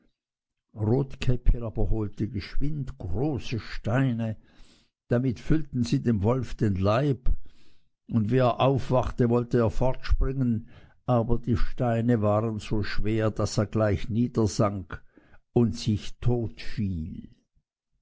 rotkäppchen aber holte geschwind große steine damit füllten sie dem wolf den leib und wie er aufwachte wollte er fortspringen aber die steine waren so schwer daß er gleich niedersank und sich totfiel